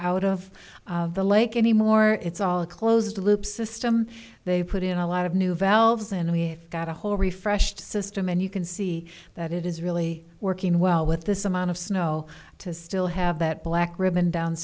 out of the lake anymore it's all closed loop system they put in a lot of new valves and we got a whole refreshed system and you can see that it is really working well with this amount of snow to still have that black ribbon down